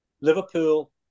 Liverpool